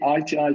ITI